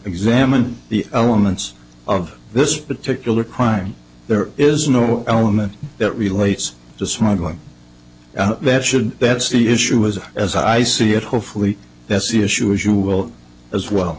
examine the elements of this particular crime there is no element that relates to smuggling that should that's the issue is as i see it hopefully that's the issue as you will as well